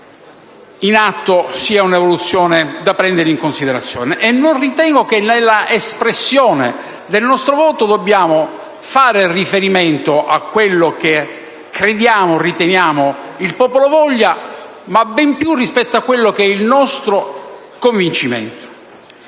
in atto sia da prendere in considerazione e non penso che nell'espressione del nostro voto dobbiamo fare riferimento a quello che riteniamo o crediamo il popolo voglia, bensì a quello che è il nostro convincimento.